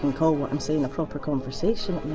and call what i'm saying a proper conversation,